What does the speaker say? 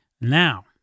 Now